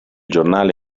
giornale